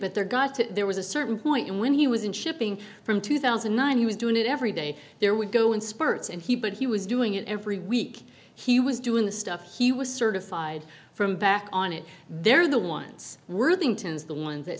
but there got to there was a certain point in when he was in shipping from two thousand and nine he was doing it every day there would go in spurts and he but he was doing it every week he was doing the stuff he was certified from back on it they're the ones worthington's the ones that